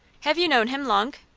have you known him long?